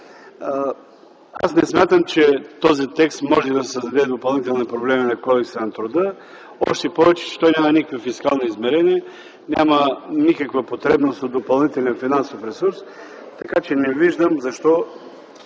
Аз не смятам, че този текст може да създаде допълнителни проблеми на Кодекса на труда, още повече че той няма никакви фискални измерения, няма никаква потребност от допълнителен финансов ресурс, така че не виждам защо